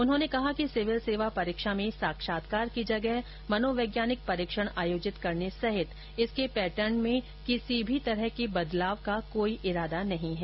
उन्होंने कहा कि सिविल सेवा परीक्षा में साक्षात्कार की जगह मनोवैज्ञानिक परीक्षण आयोजित करने सहित इसके पैटर्न में किसी भी प्रकार के बदलाव का कोई इरादा नहीं है